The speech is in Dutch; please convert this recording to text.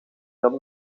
dan